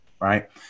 Right